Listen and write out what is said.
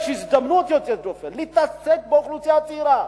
יש הזדמנות יוצאת דופן להתעסק באוכלוסייה הצעירה,